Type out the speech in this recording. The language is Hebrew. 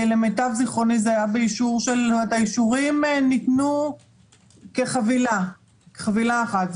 האישורים ניתנו כחבילה אחת.